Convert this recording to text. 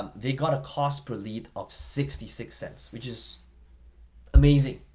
they got a cost per lead of sixty six cents, which is amazing.